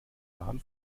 baden